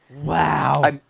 Wow